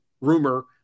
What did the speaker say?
rumor